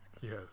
Yes